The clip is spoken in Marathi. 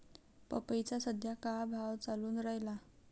पपईचा सद्या का भाव चालून रायला?